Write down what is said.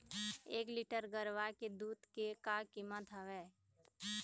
एक लीटर गरवा के दूध के का कीमत हवए?